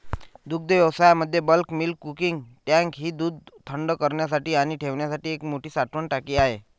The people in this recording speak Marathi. दुग्धव्यवसायामध्ये बल्क मिल्क कूलिंग टँक ही दूध थंड करण्यासाठी आणि ठेवण्यासाठी एक मोठी साठवण टाकी आहे